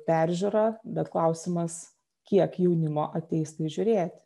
peržiūrą bet klausimas kiek jaunimo ateis tai žiūrėti